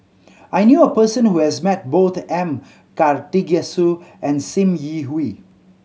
I knew a person who has met both M Karthigesu and Sim Yi Hui